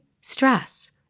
stress